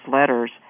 letters